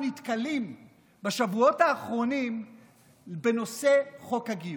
נתקלים בשבועות האחרונים בנושא חוק הגיוס.